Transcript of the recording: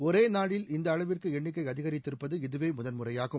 ஒரே நாளில் இந்த அளவிற்கு எண்ணிக்கை அதிகித்திருப்பது இதுவே முதன்முறையாகும்